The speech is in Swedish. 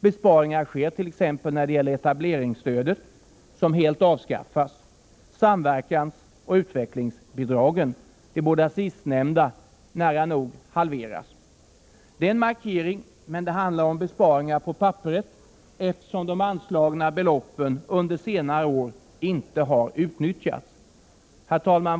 Besparingar sker t.ex. när det gäller etableringsstödet, som helt avskaffas, samverkansoch utvecklingsbidragen; de båda sistnämnda nära nog halveras. Det är en markering, men det handlar om besparingar på papperet, eftersom de anslagna beloppen under senare år inte har utnyttjats. Herr talman!